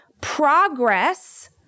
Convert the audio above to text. progress